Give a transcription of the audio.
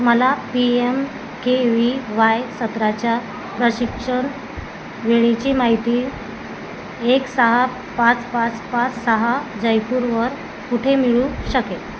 मला P M K V Y सत्राच्या प्रशिक्षण वेळेची माहिती एक सहा पाच पाच पाच सहा जयपूरवर कुठे मिळू शकेल